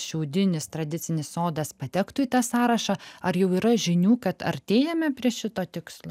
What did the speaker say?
šiaudinis tradicinis sodas patektų į tą sąrašą ar jau yra žinių kad artėjame prie šito tikslo